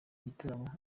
gitaramo